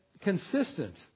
consistent